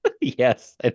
Yes